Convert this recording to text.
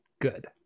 Good